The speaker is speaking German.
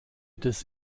des